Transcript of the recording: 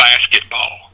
basketball